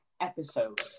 episode